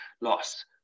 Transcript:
loss